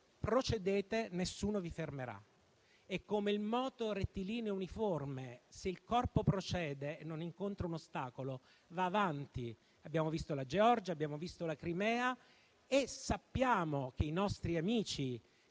procedete, nessuno vi fermerà. È come il moto rettilineo uniforme: se il corpo procede e non incontra un ostacolo, va avanti. Abbiamo visto cosa è accaduto con la Georgia e con la Crimea e sappiamo che i nostri amici